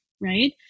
right